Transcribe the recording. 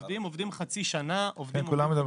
עובדים עובדים חצי שנה ומתחלפים.